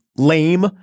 Lame